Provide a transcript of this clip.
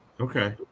Okay